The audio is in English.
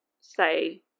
say